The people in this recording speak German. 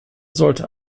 sollte